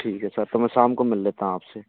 ठीक है सर तो मैं शाम को मिल लेता हूँ आपसे